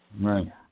Right